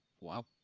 Wow